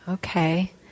Okay